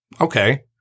okay